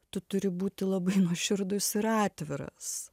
tu turi būti labai nuoširdus ir atviras